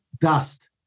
Dust